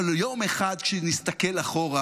אבל יום אחד כשנסתכל אחורה,